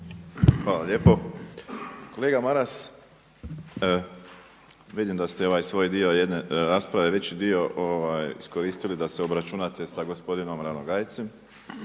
Hvala lijepo. Kolega Maras, vidim da ste ovaj svoj dio jedne rasprave, veći dio iskoristili da se obračunate sa gospodinom Ranogajcem,